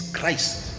Christ